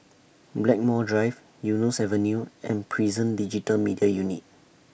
Blackmore Drive Eunos Avenue and Prison Digital Media Unit